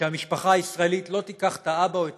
שמשפחה ישראלית לא תיקח את האבא או את